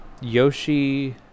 Yoshi